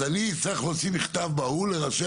אז אני אצטרך להוציא מכתב בהול לראשי